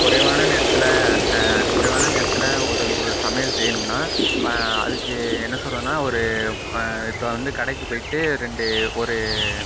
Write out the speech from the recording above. குறைவான நேரத்தில் குறைவான நேரத்தில் ஒரு ஒரு சமையல் செய்யணும்னா அதுக்கு என்ன சொல்கிறதுனா ஒரு இப்போது வந்து கடைக்கு போய்ட்டு ரெண்டு ஒரு